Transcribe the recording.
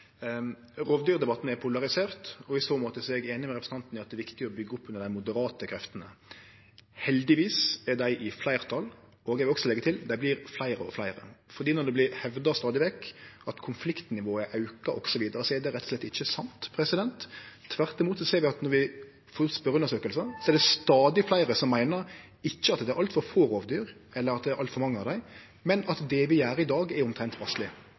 Rovdyrdebatten er polarisert, og i så måte er eg einig med representanten i at det er viktig å byggje opp under dei moderate kreftene. Heldigvis er dei i fleirtal, og eg vil også leggje til: Dei blir fleire og fleire. Når det stadig vekk vert hevda at konfliktnivået aukar, osv., er det rett og slett ikkje sant. Tvert imot ser vi at når vi får ut spørjeundersøkingar, er det stadig fleire som ikkje meiner at det er altfor få rovdyr, eller at det er altfor mange av dei, men at det vi gjer i dag, er omtrent passeleg.